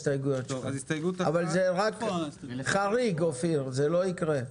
זה חריג, זה לא יקרה.